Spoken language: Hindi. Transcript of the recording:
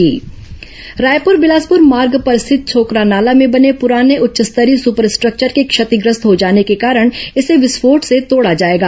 छोकरा नाला ब्लास्टिंग रायपुर बिलासपुर मार्ग पर स्थित छोकरा नाला में बने पुराने उच्च स्तरीय सुपर स्ट्रक्वर के क्षतिग्रस्त हो जाने के कारण इसे विस्फोट से तोड़ा जाएगा